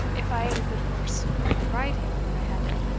if i had a gude horse, or could ride him when i had him,